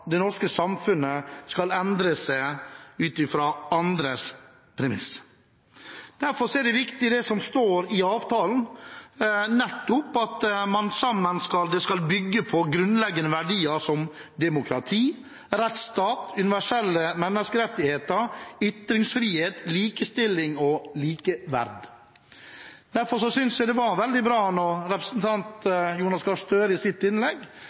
det norske samfunnet som skal endre seg ut ifra andres premisser. Derfor er det som står i avtalen, viktig, at man nettopp skal bygge på grunnleggende verdier som demokrati, rettsstat, universelle menneskerettigheter, ytringsfrihet, likestilling og likeverd. Derfor synes jeg det var veldig bra at representanten Jonas Gahr Støre i sitt innlegg